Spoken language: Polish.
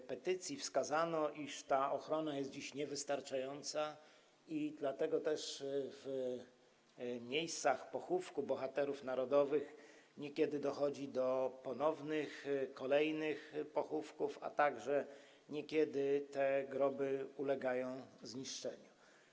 W petycji wskazano, iż ta ochrona jest dziś niewystarczająca i dlatego też w miejscach pochówku bohaterów narodowych niekiedy dochodzi do ponownych, kolejnych pochówków, a także niekiedy te groby ulegają zniszczeniu.